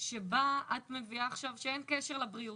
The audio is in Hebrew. שבה את מבינה עכשיו שאין קשר לבריאות,